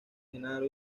genaro